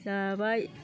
जाबाय